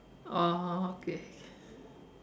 oh okay